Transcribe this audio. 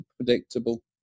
unpredictable